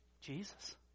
Jesus